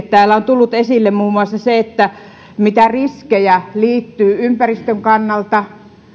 täällä on tullut esille muun muassa se mitä riskejä tähän liittyy ympäristön kannalta